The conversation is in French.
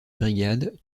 brigades